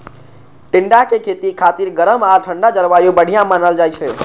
टिंडाक खेती खातिर गरम आ ठंढा जलवायु बढ़िया मानल जाइ छै